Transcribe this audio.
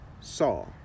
saw